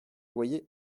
loyers